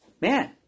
man